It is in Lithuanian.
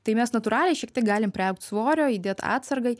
tai mes natūraliai šiek tiek galim priaugt svorio įdėt atsargai